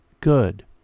good